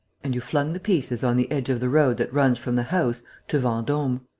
and you flung the pieces on the edge of the road that runs from the house to vendome.